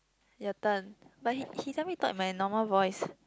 your turn but he he tell talk in my normal voice